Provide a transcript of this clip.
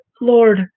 Lord